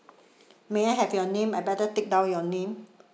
may I have your name I better take down your name